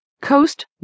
coast